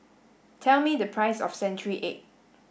tell me the price of century egg